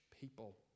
people